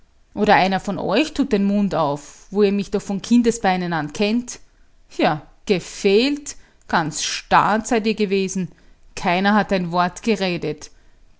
oder einer von euch tut den mund auf wo ihr mich doch von kindesbeinen an kennt ja gefehlt ganz stad seid ihr gewesen keiner hat ein wort geredet